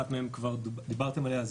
אחת מהן כבר דוברה פה,